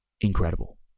incredible